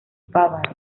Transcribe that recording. bávaro